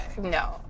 No